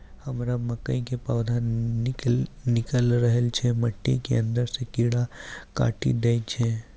हमरा मकई के पौधा निकैल रहल छै मिट्टी के अंदरे से कीड़ा काटी दै छै?